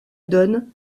donne